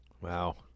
Wow